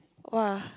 !woah!